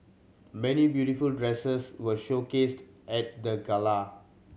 many beautiful dresses were showcased at the gala